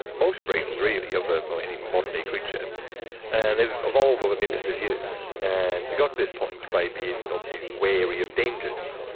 most brains really of of any modern-day creature and have evolved over millions of years, and they got to this point by being obviously wary of dangers.